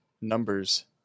numbers